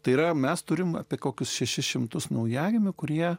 tai yra mes turime apie kokius šešis šimtus naujagimių kurie